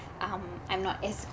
um I'm not as